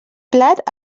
plat